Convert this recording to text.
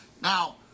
Now